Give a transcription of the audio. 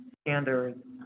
standards